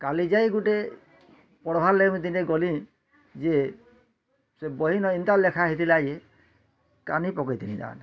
କାଲିଜାଈ ଗୁଟେ ପଢ଼୍ବା ଲାଗି ମୁଇଁ ଦିନେ ଗଲିଁ ଯେ ସେ ବହିନେ ଏନ୍ତା ଲେଖା ହୋଇଥିଲା ଯେ କାନି ପକେଇଥିନି ଯାହେନେ